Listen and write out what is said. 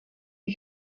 die